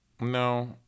no